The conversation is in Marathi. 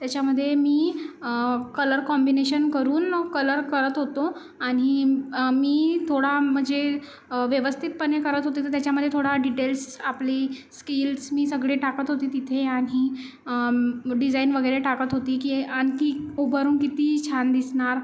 त्याच्यामध्ये मी कलर कॉम्बिनेशन करून कलर करत होतो आणि मी थोडा म्हणजे व्यवस्थितपणे करत होते तर त्याच्यामध्ये थोडा डिटेल्स आपली स्किल्स मी सगळे टाकत होती तिथे आणि डिझाईन वगैरे टाकत होती की आणखी उभारून किती छान दिसणार